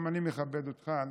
גם אני מכבד אותך.